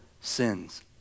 sins